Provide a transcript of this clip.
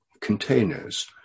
containers